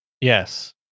Yes